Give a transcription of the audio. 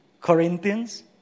Corinthians